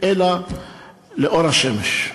אלא לאור השמש.